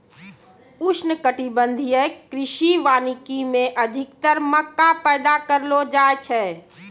उष्णकटिबंधीय कृषि वानिकी मे अधिक्तर मक्का पैदा करलो जाय छै